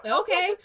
okay